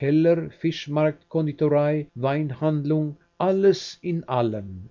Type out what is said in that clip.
keller fischmarkt konditorei weinhandlung alles in allem